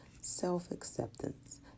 self-acceptance